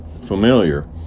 familiar